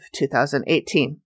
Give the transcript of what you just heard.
2018